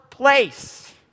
Place